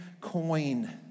coin